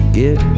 get